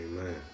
Amen